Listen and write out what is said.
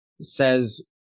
says